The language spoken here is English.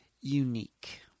unique